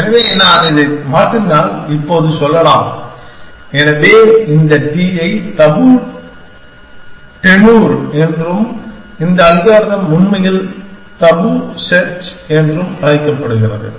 எனவே நான் இதை மாற்றினால் இப்போது சொல்லலாம் எனவே இந்த T ஐ தபு டெனூர் என்றும் இந்த அல்காரிதம் உண்மையில் தபு செர்ச் என்றும் அழைக்கப்படுகிறது